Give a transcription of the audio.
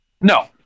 No